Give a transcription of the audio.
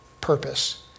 purpose